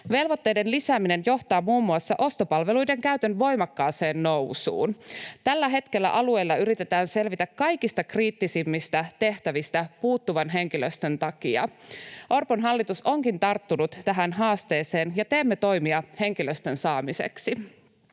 Velvoitteiden lisääminen johtaa muun muassa ostopalveluiden käytön voimakkaaseen nousuun. Tällä hetkellä alueilla yritetään selvitä kaikista kriittisimmistä tehtävistä puuttuvan henkilöstön takia. Orpon hallitus onkin tarttunut tähän haasteeseen, ja teemme toimia henkilöstön saamiseksi.